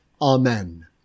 Amen